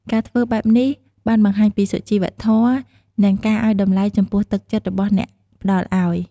ការធ្វើបែបនេះ បានបង្ហាញពីសុជីវធម៌ និងការឲ្យតម្លៃចំពោះទឹកចិត្តរបស់អ្នកផ្តល់ឲ្យ។